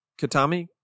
Katami